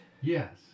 Yes